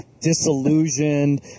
disillusioned